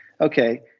okay